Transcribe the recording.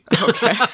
Okay